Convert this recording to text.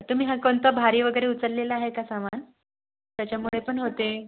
तुम्ही हा कोणता भारी वगैरे उचललेला आहे का सामान त्याच्यामुळे पण होते